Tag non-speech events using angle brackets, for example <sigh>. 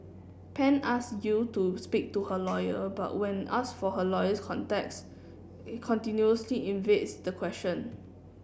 Pan ask Yew to speak to her lawyer but when ask for her lawyer's contacts <unintelligible> continuously evades the question